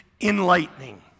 Enlightening